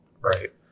Right